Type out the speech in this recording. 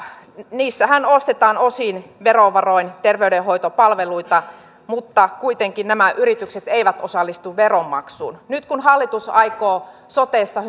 niissähän ostetaan osin verovaroin terveydenhoitopalveluita mutta kuitenkaan nämä yritykset eivät osallistu veronmaksuun nyt kun hallitus aikoo sotessa